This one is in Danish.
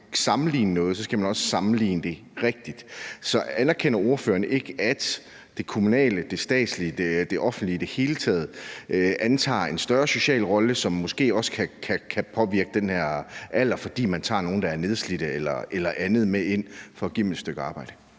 sammenligne noget, så også skal sammenligne det rigtigt. Så anerkender ordføreren ikke, at det kommunale, det statslige og det offentlige i det hele taget antager en større social rolle, som måske også kan påvirke det med alderen, fordi man tager nogle, der er nedslidte eller andet, med ind for at give dem et stykke arbejde?